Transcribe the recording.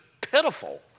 pitiful